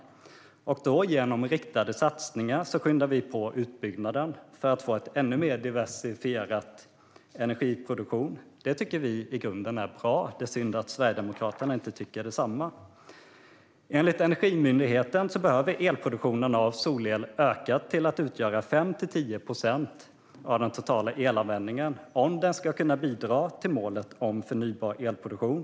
Genom riktade satsningar skyndar vi på utbyggnaden för att få en ännu mer diversifierad energiproduktion. Det tycker vi i grunden är bra. Det är synd att Sverigedemokraterna inte tycker detsamma. Enligt Energimyndigheten behöver produktionen av solel öka till att utgöra 5-10 procent av den totala elanvändningen om den ska kunna bidra till målet om 100 procent förnybar elproduktion.